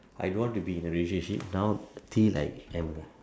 I don't want to be in relationship now till I am